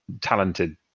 talented